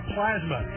Plasma